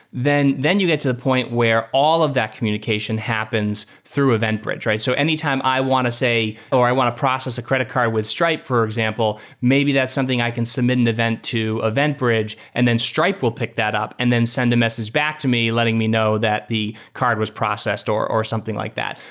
then then you get to the point where all of that communication happens through eventbridge. so anytime i want to say or i want to process a credit card with stripe, for example, maybe that's something i can submit an event to eventbridge and then stripe will pick that up and then send a message back to me letting me know that the card was processed or or something like that.